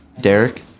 Derek